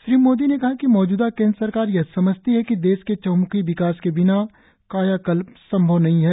श्री मोदी ने कहा कि मौजूदा केन्द्र सरकार यह समझती है कि देश के चहंम्खी विकास के बिना कायाकल्प संभव नहीं है